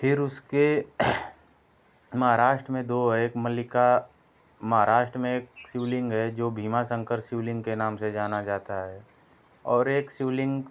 फिर उसके महाराष्ट्र में दो है एक मल्लिका महाराष्ट्र में एक शिवलिंग है जो भिमाशंकर शिवलिंग के नाम से जाना जाता है और एक शिवलिंग